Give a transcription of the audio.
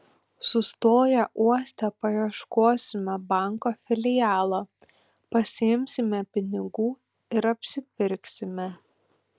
sustoję uoste paieškosime banko filialo pasiimsime pinigų ir apsipirksime